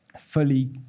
fully